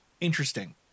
Interesting